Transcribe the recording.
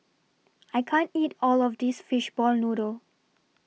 I can't eat All of This Fishball Noodle